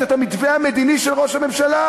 פה-אחד את המתווה המדיני של ראש הממשלה.